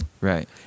Right